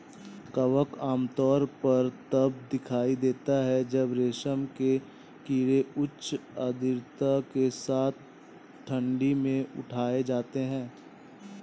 कवक आमतौर पर तब दिखाई देता है जब रेशम के कीड़े उच्च आर्द्रता के साथ ठंडी में उठाए जाते हैं